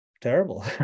terrible